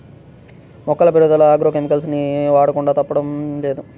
మొక్కల పెరుగుదల agrochemicals ని వాడకుండా తప్పడం లేదు